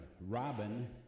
Robin